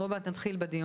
הישיבה ננעלה בשעה 09:58.